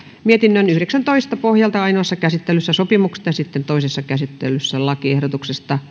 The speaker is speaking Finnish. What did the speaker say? mietinnön yhdeksäntoista pohjalta ainoassa käsittelyssä sopimuksesta ja sitten toisessa käsittelyssä lakiehdotuksesta